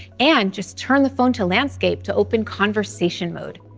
and just turn the phone to landscape to open conversation mode.